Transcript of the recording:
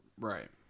Right